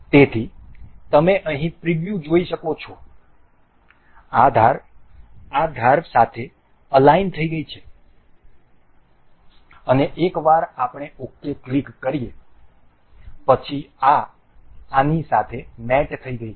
તેથી તમે અહીં પ્રીવ્યૂ જોઈ શકો છો આ ધાર આ ધાર સાથે અલાઈન થઈ ગઈ છે અને એકવાર આપણે ok ક્લિક કરીએ પછી આ આની સાથે મેટ થઈ ગઈ છે